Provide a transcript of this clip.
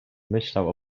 myślał